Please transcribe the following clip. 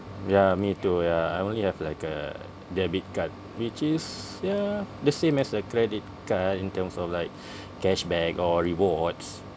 ya me too ya I only have like a debit card which is ya the same as a credit card in terms of like cashback or rewards